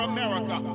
America